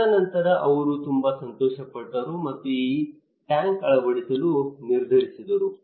ತದನಂತರ ಅವರು ತುಂಬಾ ಸಂತೋಷಪಟ್ಟರು ಮತ್ತು ಈ ಟ್ಯಾಂಕ್ ಅಳವಡಿಸಲು ನಿರ್ಧರಿಸಿದರು